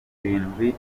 irindwi